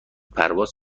پرواز